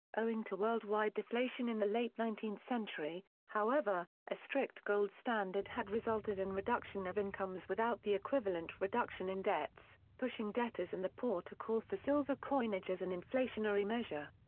owing to worldwide deflation in the late nineteenth century, however, a strict gold standard had resulted in reduction of incomes without the equivalent reduction in debts, pushing debtors and the poor to call for silver coinage as an inflationary measure.